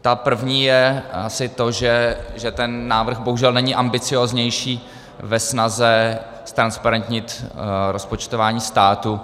Ta první je asi to, že ten návrh bohužel není ambicióznější ve snaze ztransparentnit rozpočtování státu.